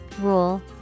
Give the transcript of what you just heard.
rule